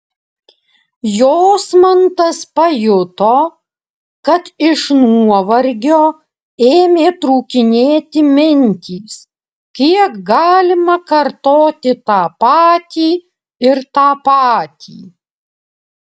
jasmantas pajuto kad iš nuovargio ėmė trūkinėti mintys kiek galima kartoti tą patį ir tą patį